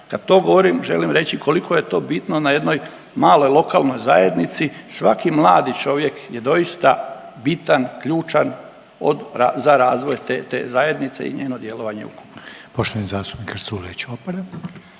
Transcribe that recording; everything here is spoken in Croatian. Kad to govorim želim reći koliko je to bitno na jednoj maloj lokalnoj zajednici. Svaki mladi čovjek je doista bitan, ključan za razvoj te zajednice i njeno djelovanje ukupno. **Reiner, Željko